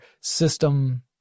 system